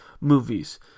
movies